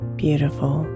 beautiful